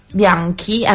bianchi